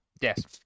Yes